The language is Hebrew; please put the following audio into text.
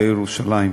בירושלים.